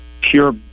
pure